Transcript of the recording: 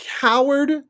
coward